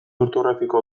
ortografiko